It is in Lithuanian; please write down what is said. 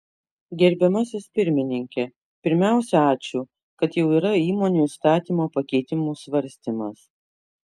gerbiamasis pirmininke pirmiausia ačiū kad jau yra įmonių įstatymo pakeitimų svarstymas